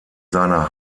seiner